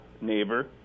neighbor